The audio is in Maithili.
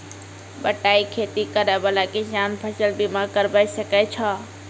बटाई खेती करै वाला किसान फ़सल बीमा करबै सकै छौ?